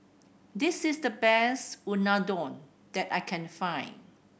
this is the best Unadon that I can find